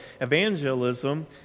Evangelism